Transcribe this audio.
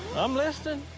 i'm listening.